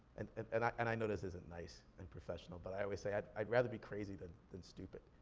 and and and i and i know this isn't nice and professional, but i always say, i'd i'd rather be crazy than than stupid.